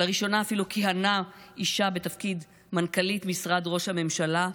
לראשונה אפילו כיהנה אישה בתפקיד מנכ"לית משרד ראש הממשלה,